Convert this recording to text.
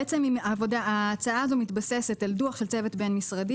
בעצם ההצעה הזאת מתבססת על דוח של צוות בין משרדי